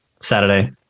Saturday